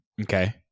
Okay